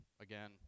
again